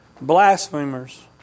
blasphemers